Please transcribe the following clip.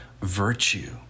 virtue